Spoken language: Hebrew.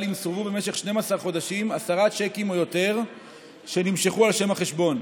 אם סורבו במשך 12 חודשים עשרה צ'קים או יותר שנמשכו על שם החשבון.